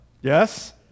Yes